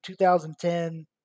2010